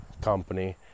company